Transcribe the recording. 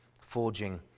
forging